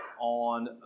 on